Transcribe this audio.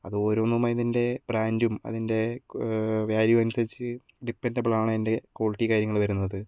അത് ഓരോന്നും അതിന്റെ ബ്രാന്റും അതിന്റെ വാല്യു അനുസരിച്ച് ഡിപ്പെന്റബിൾ ആണ് അതിന്റെ ക്വാളിറ്റി കാര്യങ്ങൾ വരുന്നത്